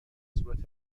صورت